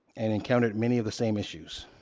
and encountered many of the same issues.